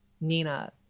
Nina